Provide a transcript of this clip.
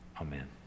Amen